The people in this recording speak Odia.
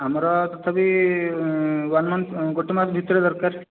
ଆମର ତଥାପି ୱାନ ମଂଥ ଗୋଟେ ମାସ ଭିତରେ ଦରକାର